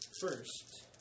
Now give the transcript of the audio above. first